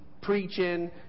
preaching